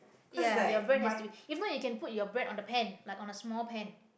ya your bread has to be if not you can put your bread on a pan like on a small pan